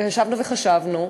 ישבנו וחשבנו,